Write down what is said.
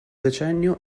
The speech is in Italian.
decennio